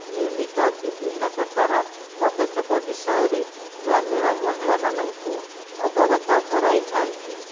ନିର୍ମିତ ବିଭିନ୍ନପ୍ରକାର ପଦକ୍ଷେପ ବିଷୟରେ ଗ୍ରାମୀଣ ମହିଳାମାନଙ୍କୁ ଅବଗତ କରାଇଥାନ୍ତି